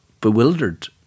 bewildered